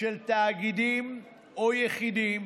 של תאגידים או יחידים